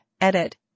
edit